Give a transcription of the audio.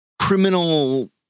criminal